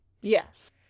Yes